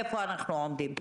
איפה אנחנו עומדים.